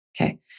Okay